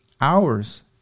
hours